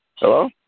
Hello